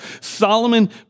Solomon